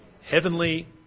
Heavenly